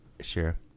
Sure